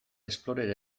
explorer